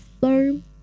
firm